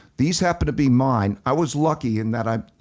these happen to be mine. i was lucky in that i,